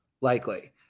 Likely